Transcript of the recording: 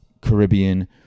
Caribbean